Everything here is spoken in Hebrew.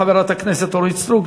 חברת הכנסת אורית סטרוק,